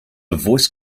voice